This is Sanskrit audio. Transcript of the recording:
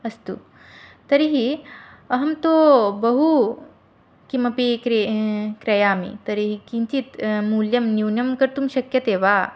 अस्तु तर्हि अहं तु बहु किमपि क्रि क्रयामि तर्हि किञ्चित् मूल्यं न्यूनं कर्तुं शक्यते वा